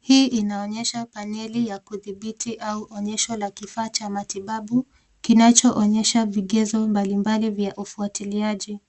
Hii inaonyesha paneli ya kudhibiti au onyesho la kifaa cha matibabu kinachoonyesha vigezo mbalimbali vya ufuatiliaji.